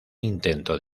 intento